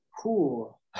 Cool